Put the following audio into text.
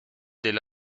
del